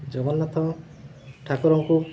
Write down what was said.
ଜଗନ୍ନାଥ ଠାକୁରଙ୍କୁ